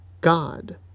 God